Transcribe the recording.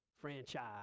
franchise